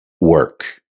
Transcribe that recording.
work